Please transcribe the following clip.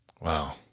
wow